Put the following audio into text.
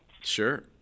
Sure